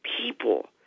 people